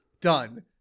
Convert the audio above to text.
done